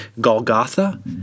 Golgotha